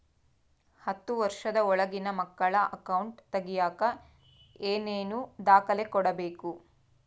ಹತ್ತುವಷ೯ದ ಒಳಗಿನ ಮಕ್ಕಳ ಅಕೌಂಟ್ ತಗಿಯಾಕ ಏನೇನು ದಾಖಲೆ ಕೊಡಬೇಕು?